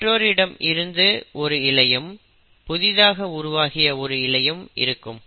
பெற்றோரிடம் இருந்து ஒரு இழையும் புதிதாக உருவாகிய ஒரு இழையும் இருக்கும்